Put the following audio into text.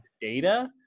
data